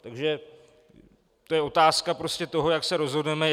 Takže to je otázka toho, jak se rozhodneme.